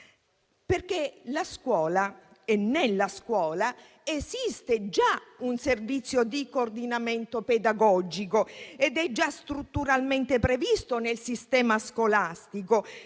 Nella scuola esiste già un servizio di coordinamento pedagogico ed è già strutturalmente previsto nel sistema scolastico.